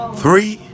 three